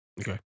Okay